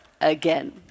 again